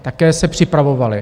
Také se připravovaly.